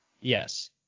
Yes